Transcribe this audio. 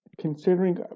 considering